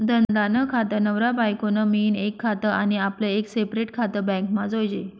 धंदा नं खातं, नवरा बायको नं मियीन एक खातं आनी आपलं एक सेपरेट खातं बॅकमा जोयजे